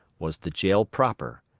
was the jail proper.